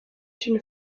une